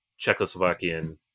Czechoslovakian